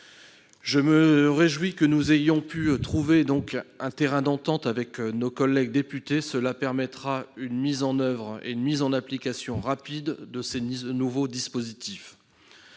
Je me réjouis que nous ayons pu trouver un terrain d'entente avec nos collègues députés : cela permettra une mise en application rapide de ces nouveaux dispositifs.